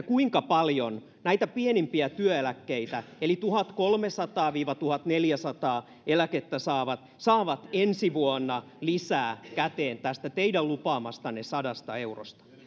kuinka paljon näitä pienimpiä työeläkkeitä saavat eli tuhatkolmesataa viiva tuhatneljäsataa eläkettä saavat saavat ensi vuonna lisää käteen tästä teidän lupaamastanne sadasta eurosta